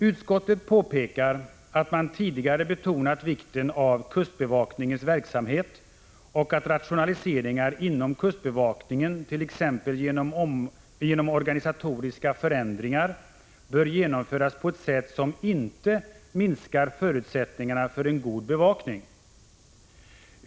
Utskottet påpekar att man ”tidigare betonat vikten av kustbevakningens verksamhet och att rationaliseringar inom kustbevakningen, t.ex. genom organisatoriska förändringar, bör genomföras på ett sätt som inte minskar förutsättningarna för en god bevakning”.